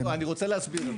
רגע, אני רוצה להסביר.